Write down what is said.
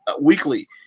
weekly